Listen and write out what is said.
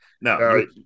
No